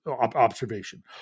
observation